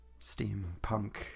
steampunk